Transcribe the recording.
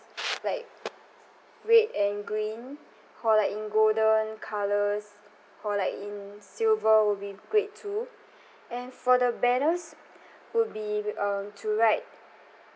like red and green or like in golden colours or like in silver will be great too and for the banners would be um to write